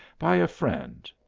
by a friend,